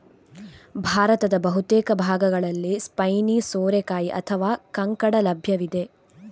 ಭಾರತದ ಬಹುತೇಕ ಭಾಗಗಳಲ್ಲಿ ಸ್ಪೈನಿ ಸೋರೆಕಾಯಿ ಅಥವಾ ಕಂಕಡ ಲಭ್ಯವಿದೆ